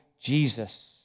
Jesus